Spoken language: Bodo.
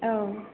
औ